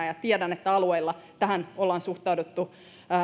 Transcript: ja tiedän että alueilla tähän ollaan suhtauduttu